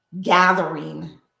gathering